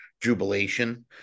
jubilation